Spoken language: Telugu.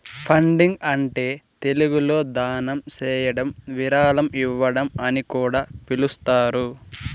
ఫండింగ్ అంటే తెలుగులో దానం చేయడం విరాళం ఇవ్వడం అని కూడా పిలుస్తారు